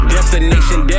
Destination